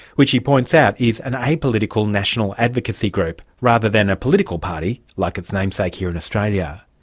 which he points out is an apolitical national advocacy group rather than a political party like its namesake here in australia.